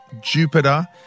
Jupiter